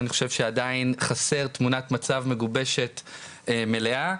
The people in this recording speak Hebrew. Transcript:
אני חושב שעדיין חסר תמונת מצב מגובשת, מלאה.